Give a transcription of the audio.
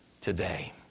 today